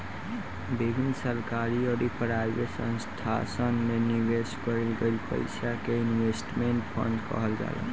विभिन्न सरकारी अउरी प्राइवेट संस्थासन में निवेश कईल गईल पईसा के इन्वेस्टमेंट फंड कहल जाला